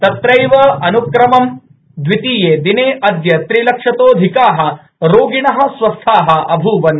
तत्रैव अनुक्रमं दवितीये दिने अद्य त्रिलक्षतोधिका रोगिण स्वस्था अभूवन्